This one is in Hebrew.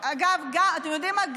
יודעים מה,